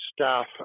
staff